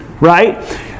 right